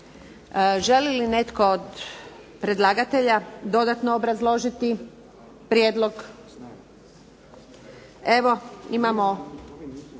Želi li netko od predlagatelja dodatno obrazložiti prijedlog? Evo imamo